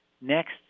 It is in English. next